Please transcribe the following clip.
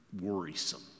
worrisome